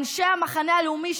אנשי המחנה הלאומי.